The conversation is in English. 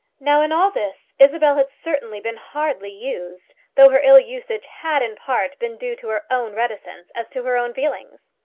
now in all this isabel had certainly been hardly used, though her ill-usage had in part been due to her own reticence as to her own feelings.